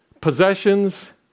possessions